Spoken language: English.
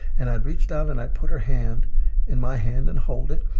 and i'd reach down, and i'd put her hand in my hand and hold it.